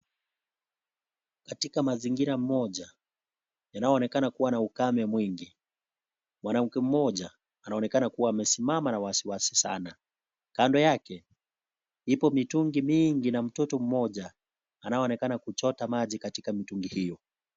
Katika mazingira moja, yanayoonekana kuwa na ukamwe mwingi, mwanamke mmoja anaonekana kuwa amesimama na wasiwasi sana. Kando yake, ipo mitungi mingi na mtoto mmoja, anayeonekana kuchota maji katika mitungi hiyo.